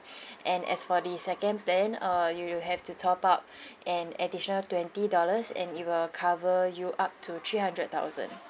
and as for the second plan uh you you have to top up an additional twenty dollars and it will cover you up to three hundred thousand